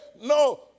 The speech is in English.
no